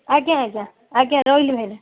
ଆଜ୍ଞା ଆଜ୍ଞା ଆଜ୍ଞା ରହିଲି ଭାଇନା